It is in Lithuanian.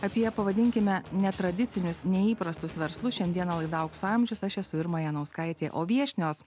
apie pavadinkime netradicinius neįprastus verslus šiandieną laida aukso amžius aš esu irma janauskaitė o viešnios